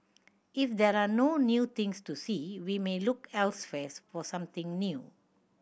if there are no new things to see we may look elsewhere for something new